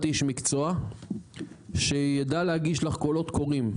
איש מקצוע שיידע להגיש לך קולות קוראים,